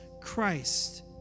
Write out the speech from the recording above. Christ